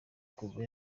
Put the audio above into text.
kuva